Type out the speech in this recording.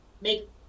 make